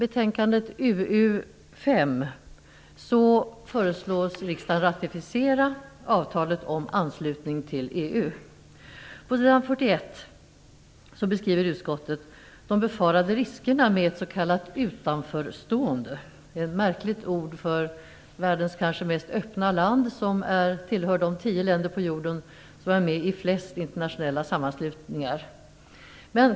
På sidan 41 beskriver utskottet de befarade riskerna med ett s.k. utanförstående. Det är ett märkligt ord för världens kanske mest öppna land, som tillhör de tio länder på jorden som är med i flest internationella sammanslutningar.